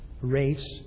race